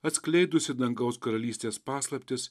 atskleidusį dangaus karalystės paslaptis